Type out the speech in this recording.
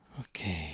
Okay